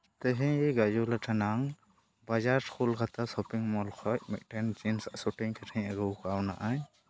ᱛᱮᱦᱮᱧ ᱨᱮ ᱵᱟᱡᱟᱨ ᱠᱳᱞᱠᱟᱛᱟ ᱥᱚᱯᱤᱝ ᱢᱚᱞ ᱠᱷᱚᱡ ᱢᱤᱫᱴᱮᱱ ᱡᱤᱱᱥ ᱥᱩᱴᱤᱧ ᱠᱤᱨᱤᱧ ᱟᱹᱜᱩᱣᱟᱠᱟᱣᱱᱟᱜ ᱤᱧ